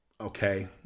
okay